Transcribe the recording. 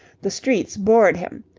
the streets bored him.